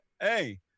Hey